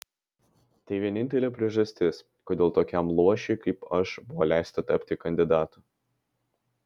tai vienintelė priežastis kodėl tokiam luošiui kaip aš buvo leista tapti kandidatu